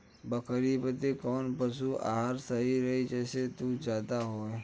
बकरी बदे कवन पशु आहार सही रही जेसे दूध ज्यादा होवे?